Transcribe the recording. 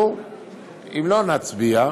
אם לא, נצביע,